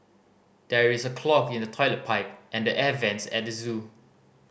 there is a clog in the toilet pipe and the air vents at the zoo